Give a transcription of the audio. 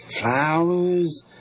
flowers